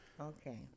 Okay